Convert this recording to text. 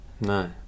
No